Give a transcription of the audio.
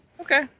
okay